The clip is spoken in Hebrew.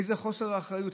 איזה חוסר אחריות,